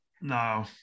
No